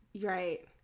Right